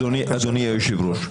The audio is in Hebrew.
אדוני היושב-ראש,